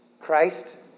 Christ